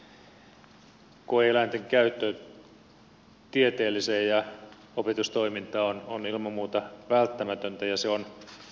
koe eläinten käyttö tieteelliseen ja opetustoimintaan on ilman muuta välttämätöntä ja se on mahdollistettava